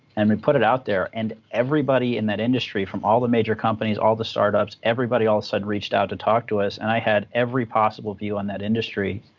and we put it out there, and everybody in that industry, from all the major companies, all the startups, everybody all of a sudden reached out to talk to us, and i had every possible view on that industry.